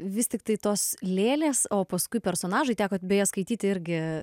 vis tiktai tos lėlės o paskui personažai teko beje skaityti irgi